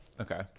Okay